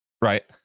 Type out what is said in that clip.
right